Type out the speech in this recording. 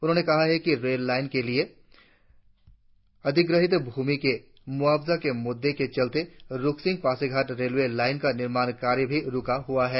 उन्होंने कहा कि रेल लाईन के लिए अधिग्रहित भूमि के मुआवजे के मुद्दे के चलते रुकसीन पासीघाट रेलवें लाईन का निर्माण कार्य भी रुका हुआ है